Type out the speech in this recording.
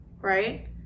right